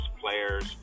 players